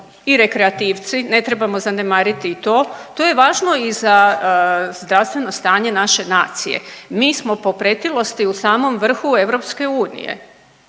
i rekreativci. Ne trebamo zanemariti i to. To je važno i za zdravstveno stanje naše nacije. Mi smo po pretilosti u samom vrhu EU.